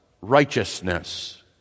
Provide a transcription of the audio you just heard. righteousness